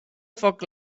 foc